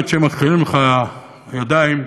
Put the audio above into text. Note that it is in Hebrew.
עד שמרימים לך ידיים,